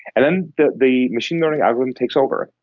and then the the machine learning algorithm takes over.